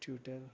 Twitter